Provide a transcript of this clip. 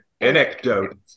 anecdote